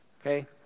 okay